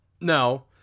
no